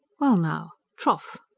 well, now, trough!